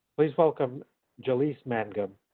please, welcome jalyce magnum,